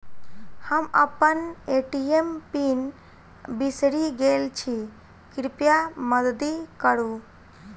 हम अप्पन ATM pin बिसरि गेल छी कृपया मददि करू